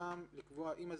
לרשם לקבוע שאם הזוכה,